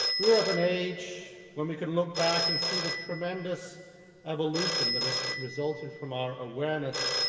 we are of an age when we can look back and see the tremendous evolution that has resulted from our awareness,